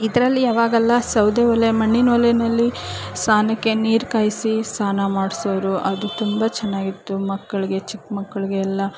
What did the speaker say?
ಇದರಲ್ಲಿ ಅವಾಗೆಲ್ಲ ಸೌದೆ ಒಲೆ ಮಣ್ಣಿನ ಒಲೆಯಲ್ಲಿ ಸ್ನಾನಕ್ಕೆ ನೀರು ಕಾಯಿಸಿ ಸ್ನಾನ ಮಾಡಿಸೋರು ಅದು ತುಂಬ ಚೆನ್ನಾಗಿತ್ತು ಮಕ್ಕಳಿಗೆ ಚಿಕ್ಕ ಮಕ್ಕಳಿಗೆ ಎಲ್ಲ